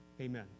Amen